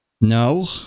no